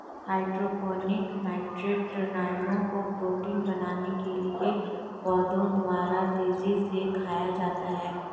hydroponic nitrate ऋणायनों को protein बनाने के लिए पौधों द्वारा तेजी से खाया जाता है